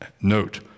Note